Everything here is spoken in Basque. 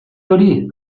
hori